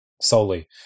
solely